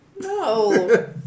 No